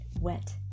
wet